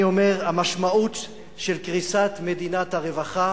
אני אומר שהמשמעות של קריסת מדינת הרווחה